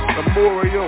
Memorial